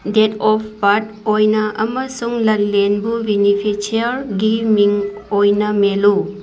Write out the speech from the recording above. date of birth ꯑꯣꯏꯅ ꯑꯃꯁꯨꯡ ꯂꯟꯂꯦꯟꯕꯨ ꯕꯤꯅꯤꯐꯤꯁꯤꯌꯥꯔꯒꯤ ꯃꯤꯡ ꯑꯣꯏꯅ ꯃꯦꯜꯂꯨ